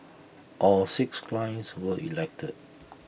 all six clients were elected